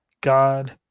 God